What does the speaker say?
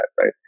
right